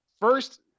first